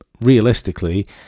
realistically